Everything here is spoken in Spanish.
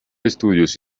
estudios